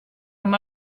amb